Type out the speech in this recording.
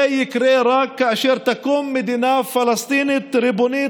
זה יקרה רק כאשר תקום מדינה פלסטינית ריבונית,